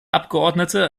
abgeordnete